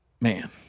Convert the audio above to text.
Man